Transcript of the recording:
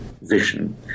vision